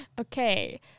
okay